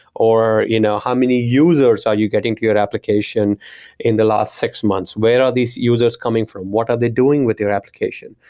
or you know how many users are you getting to your application in the last six months. where are these users coming from? what are they doing with their application?